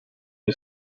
you